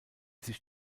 sich